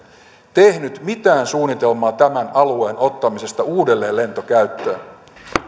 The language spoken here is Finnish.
tehnyt mitään suunnitelmaa tämän alueen ottamisesta uudelleen lentokäyttöön